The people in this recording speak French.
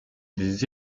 des